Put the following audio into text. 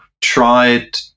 tried